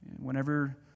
Whenever